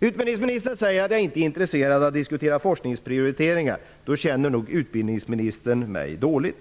Utbildningsministern säger att jag inte är intresserad av att diskutera forskningsprioriteringar. Då känner nog utbildningsministern mig dåligt.